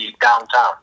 downtown